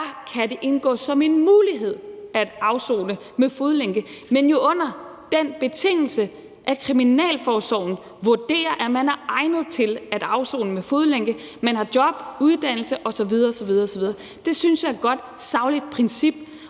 kan det indgå som en mulighed at afsone med fodlænke, men jo under den betingelse, at kriminalforsorgen vurderer, at man er egnet til at afsone med fodlænke – at man har job, er i uddannelse osv. osv. Det synes jeg er et godt, sagligt princip.